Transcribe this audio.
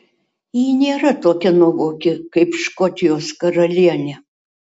ji nėra tokia nuovoki kaip škotijos karalienė